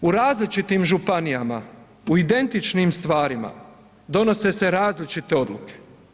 U različitim županijama, u identičnim stvarima donose se različite odluke.